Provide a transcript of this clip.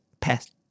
past